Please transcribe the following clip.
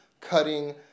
cutting